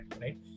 right